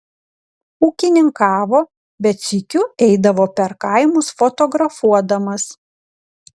ūkininkavo bet sykiu eidavo per kaimus fotografuodamas